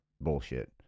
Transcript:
bullshit